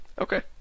Okay